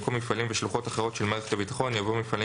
במקום "מפעלים ושלוחות אחרות של מערכת הבטחון" יבוא "מפעלי